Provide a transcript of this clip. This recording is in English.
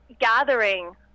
gathering